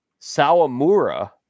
Sawamura